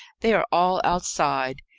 they are all outside.